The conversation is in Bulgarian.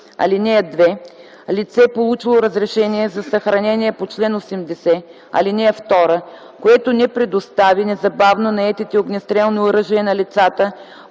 лв. (2) Лице, получило разрешение за съхранение по чл. 80, ал. 2, което не предостави незабавно наетите огнестрелни оръжия на лицата